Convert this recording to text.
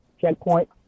checkpoint